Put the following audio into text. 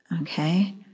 Okay